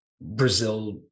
Brazil